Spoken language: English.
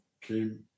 came